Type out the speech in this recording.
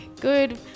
Good